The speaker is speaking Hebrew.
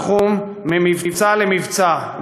בתחום ממבצע למבצע,